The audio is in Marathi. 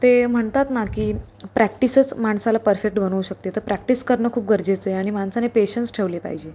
ते म्हणतात ना की प्रॅक्टिसच माणसाला परफेक्ट बनवू शकते तर प्रॅक्टिस करणं खूप गरजेचं आहे आणि माणसाने पेशन्स ठेवले पाहिजे